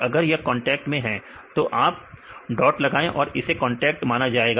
अगर यह कांटेक्ट में है तो आप डॉट लगाएं और इसे कांटेक्ट माना जाएगा